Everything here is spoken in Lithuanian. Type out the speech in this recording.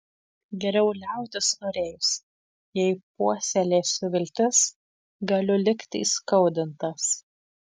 geriau liautis norėjus jei puoselėsiu viltis galiu likti įskaudintas